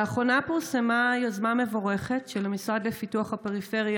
לאחרונה פורסמה יוזמה מבורכת של המשרד לפיתוח הפריפריה,